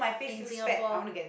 in singapore